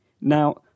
Now